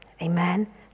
amen